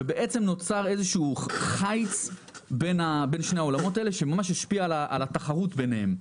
ובעצם נוצר חיץ בין שני העולמות האלה שממש השפיע על התחרות ביניהם.